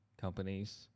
companies